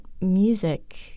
music